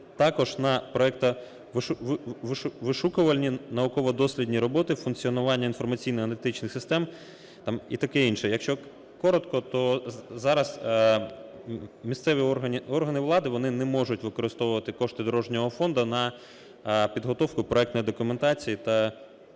також на проектноо-вишукувальні, науково-дослідні роботи функціонування інформаційно-аналітичних систем там і таке інше. Якщо коротко, то зараз місцеві органи влади, вони не можуть використовувати кошти дорожнього фонду на підготовку проектної документації та інших